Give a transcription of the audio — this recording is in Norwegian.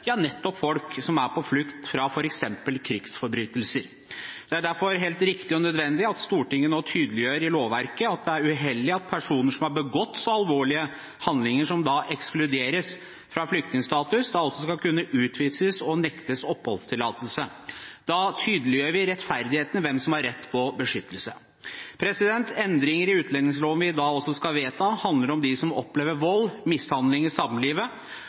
nettopp folk som er på flukt fra f.eks. krigsforbrytelser. Det er derfor helt riktig og nødvendig at Stortinget nå tydeliggjør i lovverket at personer som har begått alvorlige handlinger og da ekskluderes fra flyktningstatus, også skal kunne utvises og nektes oppholdstillatelse. Da tydeliggjør vi rettferdigheten når det gjelder hvem som har rett til beskyttelse. Andre endringer i utlendingsloven vi i dag også skal vedta, handler om dem som opplever vold og mishandling i samlivet,